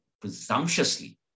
presumptuously